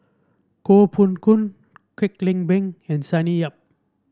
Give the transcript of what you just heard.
Koh Poh Koon Kwek Leng Beng and Sonny Yap